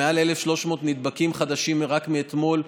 של מעל 1,300 נדבקים חדשים רק מאתמול,